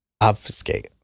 Obfuscate